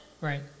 Right